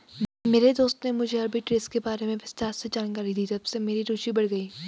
मेरे दोस्त ने मुझे आरबी ट्रेज़ के बारे में विस्तार से जानकारी दी तबसे मेरी रूचि बढ़ गयी